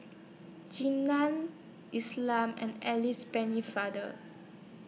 Jean Nam Islam and Alice Pennefather